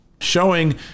showing